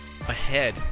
ahead